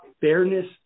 fairness